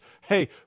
hey